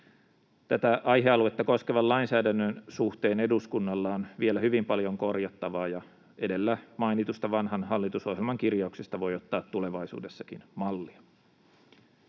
Tätä aihealuetta koskevan lainsäädännön suhteen eduskunnalla on vielä hyvin paljon korjattavaa, ja edellä mainitusta vanhan hallitusohjelman kirjauksesta voi ottaa tulevaisuudessakin mallia.